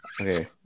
Okay